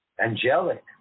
angelic